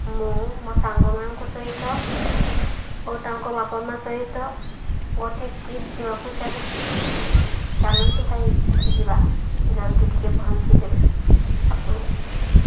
ମୁଁ ମୋ ସାଙ୍ଗମାନଙ୍କ ସହିତ ଓ ତାଙ୍କ ବାପା ମା' ସହିତ ଗୋଟେ ଟ୍ରିପ୍ ଯିବାକୁ ଚାହୁଁଛି ଚାଲନ୍ତୁ ଭାଇ ଯିବା ଜଲ୍ଦି ଟିକେ ପହଞ୍ଚିଦେବେ ଆପଣ